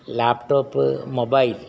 laptop mobile